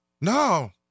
no